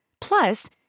Plus